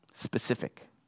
Specific